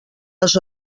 les